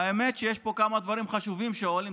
האמת שיש פה כמה דברים חשובים שעולים.